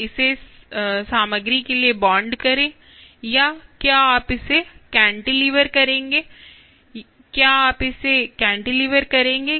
इसे सामग्री के लिए बॉन्ड करें या क्या आप इसे कैंटिलीवर करेंगे क्या आप इसे कैंटिलीवर करेंगे